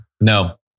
No